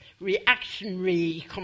reactionary